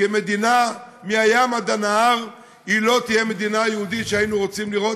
כי מדינה מהים ועד הנהר לא תהיה מדינה יהודית שהיינו רוצים לראות,